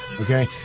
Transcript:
Okay